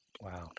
Wow